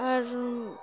আর